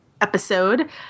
episode